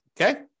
Okay